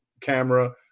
camera